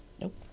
Nope